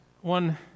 one